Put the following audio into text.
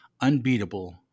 unbeatable